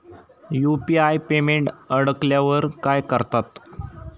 UPI payment अडकल्यावर काय करतात?